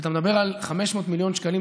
כשאתה מדבר על 500 מיליון שקלים,